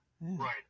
Right